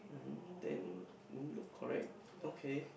um then milk correct okay